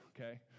okay